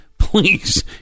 Please